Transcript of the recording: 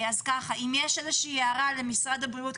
אם יש איזושהי הערה בעניינים האלה למשרד הבריאות,